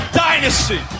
dynasty